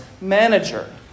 manager